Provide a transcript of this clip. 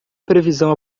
previsão